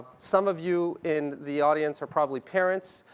some of you in the audience are probably parents.